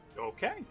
Okay